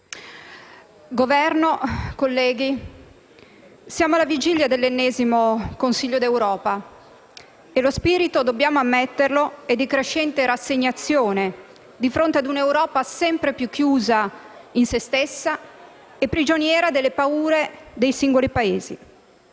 Governo, colleghi, siamo alla vigilia dell'ennesimo Consiglio europeo e dobbiamo ammettere che lo spirito è di crescente rassegnazione di fronte a un'Europa sempre più chiusa in se stessa e prigioniera delle paure dei singoli Paesi.